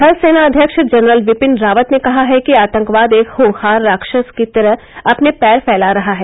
थल सेना अध्यक्ष जनरल विपिन रावत ने कहा है कि आतंकवाद एक खूंखार राक्षस की तरह अपने पैर फैला रहा है